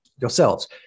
yourselves